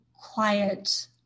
quiet